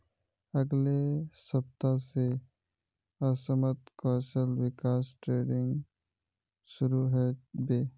अगले सप्ताह स असमत कौशल विकास ट्रेनिंग शुरू ह बे